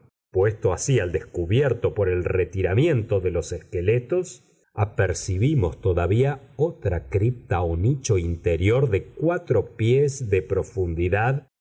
puesto así al descubierto por el retiramiento de los esqueletos apercibimos todavía otra cripta o nicho interior de cuatro pies de profundidad